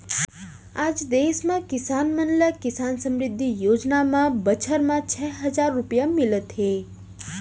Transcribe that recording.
आज देस म किसान मन ल किसान समृद्धि योजना म बछर म छै हजार रूपिया मिलत हे